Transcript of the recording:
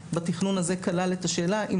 בתכנון הזה הוא כבר כלל את השאלה האם